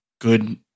good